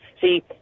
See